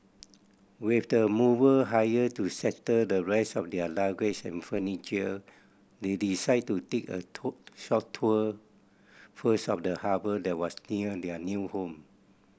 with the mover hired to settle the rest of their luggage and furniture they decided to take a tour short tour first of the harbour that was near their new home